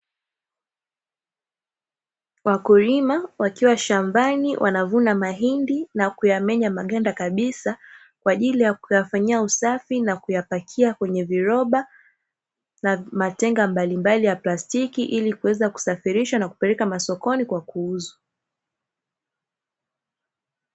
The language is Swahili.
Wakulima wakiwa shambani wanavuna mahindi na kuyamenya maganga kabisa kwa ajili ya kuyafanyia usafi na kuyapakia kwenye viroba na matenga mbalimbali ya plastiki, ili kuweza kusafirisha na kupeleka masokoni kwa kuuzwa.